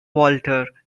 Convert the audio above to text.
walter